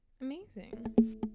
amazing